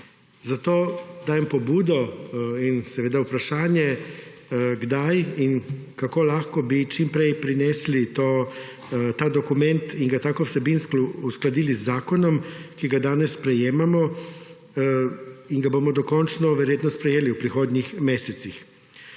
Zato dajem pobudo in seveda vprašanje, kdaj in kako lahko bi čim prej prinesli ta dokument in ga tako vsebinsko uskladili z zakonom, ki ga danes sprejemamo in ga bomo dokončno verjetno sprejeli v prihodnjih mesecih.